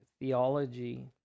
theology